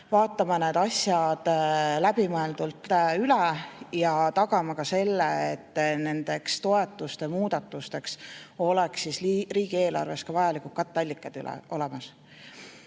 vaatama need asjad läbimõeldult üle ja tagama ka selle, et nendeks toetuste muudatusteks oleks riigieelarves vajalikud katteallikad olemas. Aga